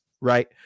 right